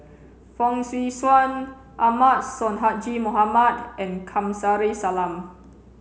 Fong Swee Suan Ahmad Sonhadji Mohamad and Kamsari Salam